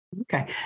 Okay